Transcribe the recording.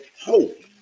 hope